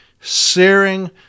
searing